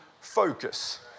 Focus